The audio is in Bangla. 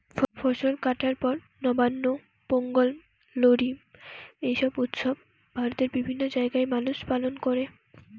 ফসল কাটার পর নবান্ন, পোঙ্গল, লোরী এই উৎসব ভারতের বিভিন্ন জাগায় মানুষ পালন কোরে